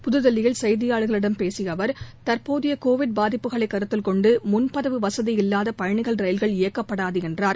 புதுதில்லியில் செய்தியாளர்களிடம் பேசிய அவர் தற்போதைய கோவிட் பாதிப்புகளை கருத்தில் கொண்டு முன்பதிவு வசதி இல்லாத பயணிகள் ரயில்கள் இயக்கப்படாது என்றார்